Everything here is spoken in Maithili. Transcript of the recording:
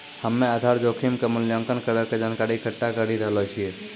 हम्मेआधार जोखिम के मूल्यांकन करै के जानकारी इकट्ठा करी रहलो छिऐ